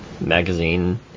magazine